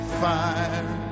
fire